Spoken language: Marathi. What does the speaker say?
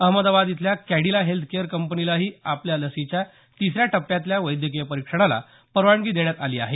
अहमदाबाद इथल्या कॅडिला हेल्थकेअर कंपनीलाही आपल्या लसीच्या तिसऱ्या टप्प्यातल्या वैद्यकीय परीक्षणाला परवानगी देण्यात आली आहे